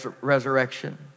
resurrection